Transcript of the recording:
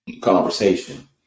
conversation